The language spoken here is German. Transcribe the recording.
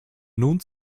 nun